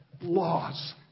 Laws